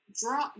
draw